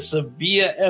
Sevilla